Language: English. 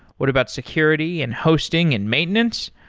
what about security and hosting and maintenance?